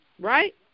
right